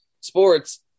sports